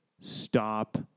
Stop